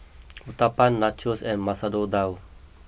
Uthapam Nachos and Masoor Dal